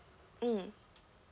mm